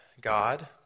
God